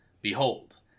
behold